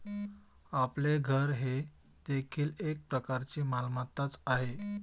आपले घर हे देखील एक प्रकारची मालमत्ताच आहे